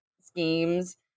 schemes